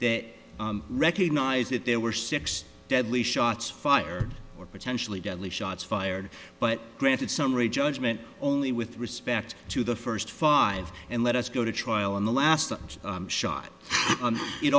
that recognize that there were six deadly shots fired or potentially deadly shots fired but granted summary judgment only with respect to the first five and let us go to trial in the last shot and it